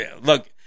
look